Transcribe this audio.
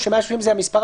או ש-130 זה המספר,